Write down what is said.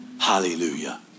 Hallelujah